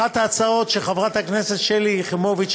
אחת ההצעות שהציעה חברת הכנסת שלי יחימוביץ,